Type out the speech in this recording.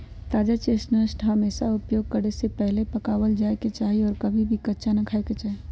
ताजा चेस्टनट हमेशा उपयोग करे से पहले पकावल जाये के चाहि और कभी भी कच्चा ना खाय के चाहि